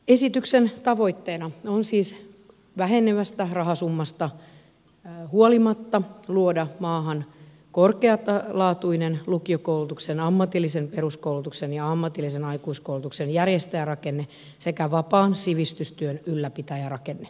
esityksen tavoitteena on siis vähenevästä rahasummasta huolimatta luoda maahan korkealaatuinen lukiokoulutuksen ammatillisen peruskoulutuksen ja ammatillisen aikuiskoulutuksen järjestäjärakenne sekä vapaan sivistystyön ylläpitäjärakenne